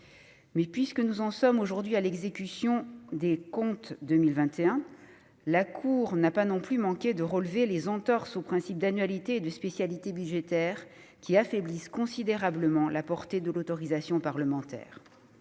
Puisque nous en sommes aujourd'hui à l'exécution des comptes 2021, la Cour n'a pas non plus manqué de relever les entorses aux principes d'annualité et de spécialité budgétaires, qui affaiblissent considérablement la portée de l'autorisation parlementaire.